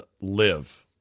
live